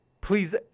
please